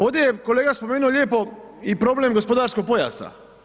Ovdje je kolega spomenuo lijepo i problem gospodarskog pojasa.